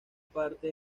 parte